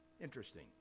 Interesting